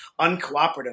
uncooperative